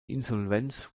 insolvenz